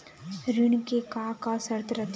ऋण के का का शर्त रथे?